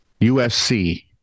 USC